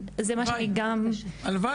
הלוואי.